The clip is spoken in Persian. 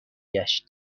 گشت